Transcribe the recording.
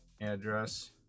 address